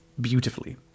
beautifully